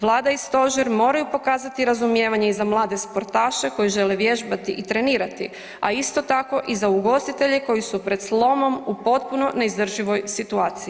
Vlada i stožer moraju pokazati razumijevanje i za mlade sportaše koji žele vježbati i trenirati, a isto tako i za ugostitelje koji su pred slomom u potpuno neizdrživoj situaciji.